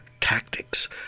tactics